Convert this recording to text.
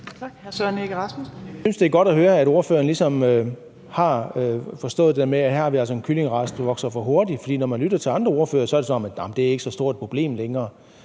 Jeg synes, det er godt at høre, at ordføreren ligesom har forstået det der med, at her har vi altså en kyllingrace, der vokser for hurtigt. For når man lytter til andre ordførere, er det, som om det ikke længere er så stort et problem, og det